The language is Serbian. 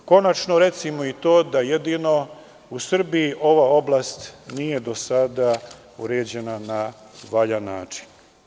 Konačno, recimo i to da jedino u Srbiji ova oblast nije do sada uređena na valjan način.